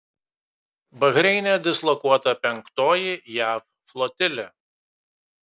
bahreine dislokuota penktoji jav flotilė